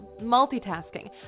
multitasking